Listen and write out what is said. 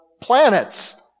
planets